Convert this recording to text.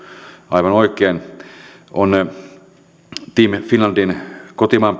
aivan oikein peräänkuulutettu team finlandin kotimaan